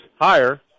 higher